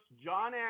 John